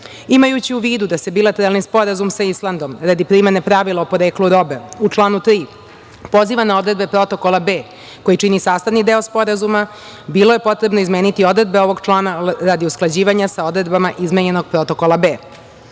EFTA.Imajući u vidu da se bilateralni sporazum sa Islandom, radi primene pravila o poreklu robe, u članu 3. poziva na odredbe Protokola B, koji čini sastavni deo Sporazuma, bilo je potrebno izmeniti odredbe ovog člana, radi usklađivanja sa odredbama izmenjenog Protokola B.